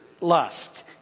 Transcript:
lust